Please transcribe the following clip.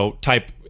type